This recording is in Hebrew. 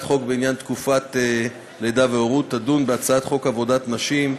חוק בעניין תקופת לידה והורות תדון בהצעת חוק עבודת נשים,